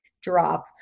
drop